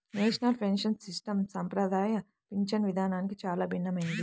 national pension system సంప్రదాయ పింఛను విధానానికి చాలా భిన్నమైనది